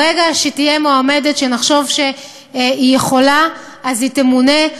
ברגע שתהיה מועמדת שנחשוב שהיא יכולה, היא תמונה.